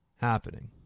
happening